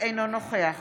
אינו נוכח